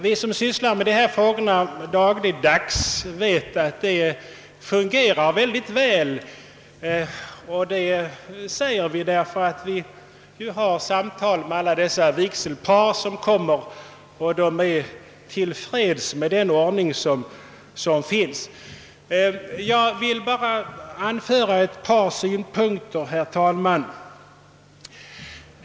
Vi som sysslar med dessa frågor dagligdags vet att systemet fungerar väl. Vi har samtal med lysningsparen, och de är till freds med den nuvarande ordningen. Jag vill endast anföra ett par synpunkter.